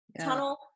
tunnel